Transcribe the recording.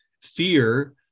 Fear